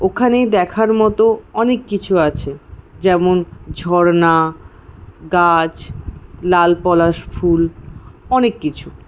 ওখানে দেখার মতো অনেক কিছু আছে যেমন ঝর্না গাছ লাল পলাশ ফুল অনেক কিছু